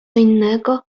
innego